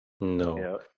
No